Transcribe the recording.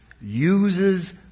uses